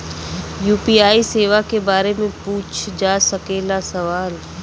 UPI सेवा के बारे में पूछ जा सकेला सवाल?